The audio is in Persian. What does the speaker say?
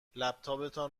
لپتاپتان